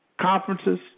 conferences